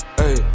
hey